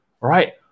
right